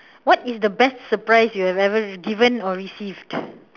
what is the best surprise you have ever given or received